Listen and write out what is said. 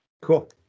Cool